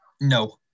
No